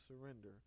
surrender